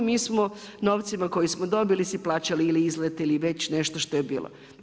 Mi smo novcima koji smo dobili si plaćali ili izlete ili već nešto što je bilo.